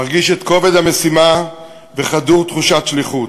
מרגיש את כובד המשימה וחדור תחושת שליחות.